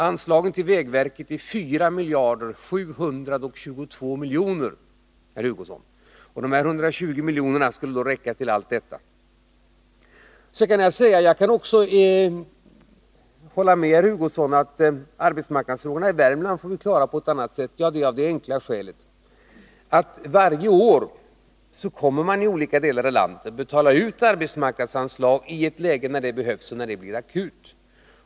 Anslaget till vägverket är 4 miljarder 722 miljoner, herr Hugosson, och dessa 120 milj.kr. mer skulle alltså räcka till allt vad socialdemokraterna föreslår. Jag kan hålla med herr Hugosson om att vi får klara arbetsmarknadsfrågornai Värmland på annat sätt. I olika delar av landet betalas det varje år ut arbetsmarknadsanslag när så behövs och läget blir akut.